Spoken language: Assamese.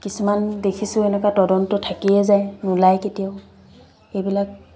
কিছুমান দেখিছোঁ এনেকুৱা তদন্ত থাকিয়ে যায় নোলায় কেতিয়াও এইবিলাক